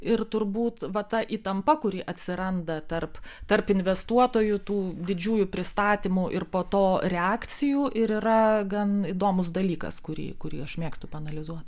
ir turbūt va ta įtampa kuri atsiranda tarp tarp investuotojų tų didžiųjų pristatymų ir po to reakcijų ir yra gan įdomus dalykas kurį kurį aš mėgstu paanalizuot